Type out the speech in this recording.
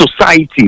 society